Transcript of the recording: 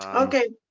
um okay.